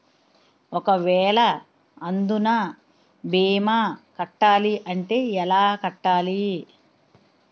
ఒక వేల అందునా భీమా కట్టాలి అంటే ఎలా కట్టాలి?